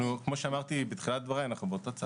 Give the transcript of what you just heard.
כמו שאמרתי בתחילת דבריי, אנחנו באותו צד.